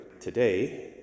today